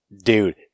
Dude